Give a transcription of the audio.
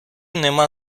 нема